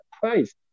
price